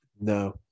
No